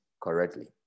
correctly